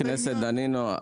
חבר הכנסת דנינו,